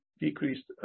decreased